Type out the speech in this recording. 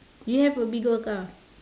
you have a Bigo account